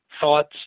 thoughts